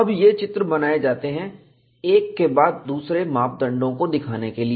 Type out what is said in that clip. अब ये चित्र बनाए जाते हैं एक के बाद दूसरे मापदंडों को दिखाने के लिए